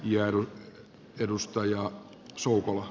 johdon edustaja sulla